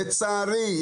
לצערי,